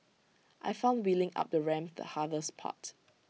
I found wheeling up the ramp the hardest part